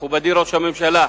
מכובדי ראש הממשלה,